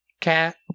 cat